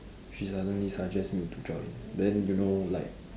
she suddenly suggest me to join then you know like